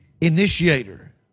initiator